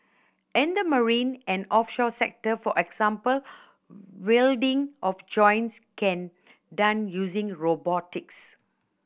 in the marine and offshore sector for example welding of joints can done using robotics